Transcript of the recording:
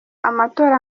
amatora